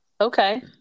Okay